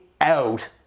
out